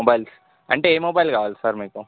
mobiles అంటే ఏ mobile కావాలి సార్ మీకు